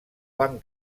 van